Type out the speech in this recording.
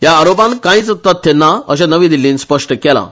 ह्या आरोपांत कांयच तथ्य ना अशें नवी दिल्लींन स्पश्ट केलां